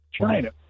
China